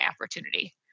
opportunity